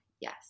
yes